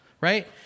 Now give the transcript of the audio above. right